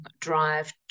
drive